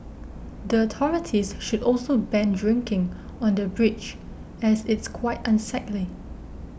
the authorities should also ban drinking on the bridge as it's quite unsightly